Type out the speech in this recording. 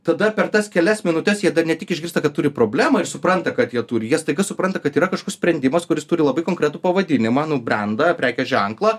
tada per tas kelias minutes jie dar ne tik išgirsta kad turi problemą ir supranta kad jie turi jie staiga supranta kad yra kažkoks sprendimas kuris turi labai konkretų pavadinimą nu brendą prekės ženklą